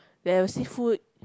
they have a seafood